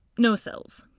no cells.